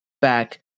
back